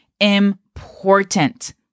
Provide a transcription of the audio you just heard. important